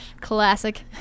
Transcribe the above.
Classic